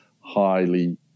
highly